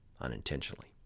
unintentionally